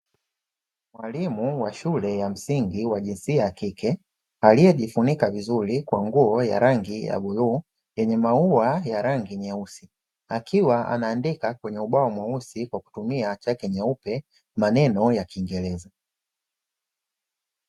Mwalimu wa shule ya msingi wa jinsia ya kike aliyejifunika vizuri kwa nguo ya rangi ya bluu yenye maua ya rangi nyeusi, akiwa anaandika kwenye ubao mweusi kwa kutumia chaki nyeupe maneno ya kiingereza.